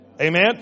Amen